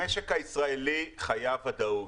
המשק הישראלי חייב ודאות.